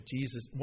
Jesus